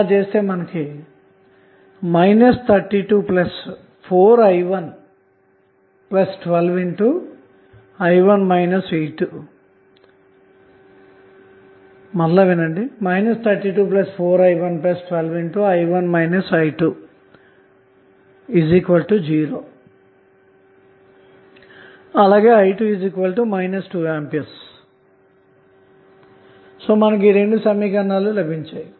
324i112i1 i20 i2 2A ఇప్పుడు మనకు రెండు సమీకరణాలు వచ్చాయి